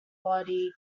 quality